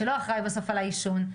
ולא אחראי בסוף על העישון.